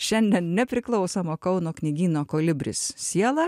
šiandien nepriklausomo kauno knygyno kolibris siela